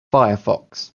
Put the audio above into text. firefox